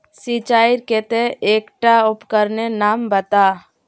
सिंचाईर केते एकटा उपकरनेर नाम बता?